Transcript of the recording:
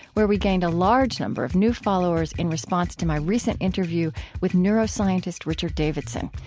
where we gained a large number of new followers in response to my recent interview with neuroscientist richard davidson.